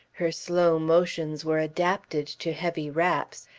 her slow motions were adapted to heavy wraps,